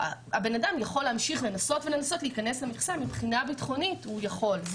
אבל הבן אדם יכול להמשיך לנסות להיכנס למכסה ומבחינה ביטחונית הוא יכול.